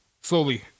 Slowly